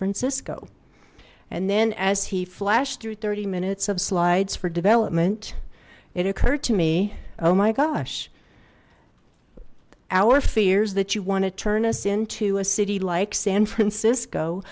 francisco and then as he flashed through thirty minutes of slides for development it occurred to me oh my gosh our fears that you want to turn us into a city like san francisco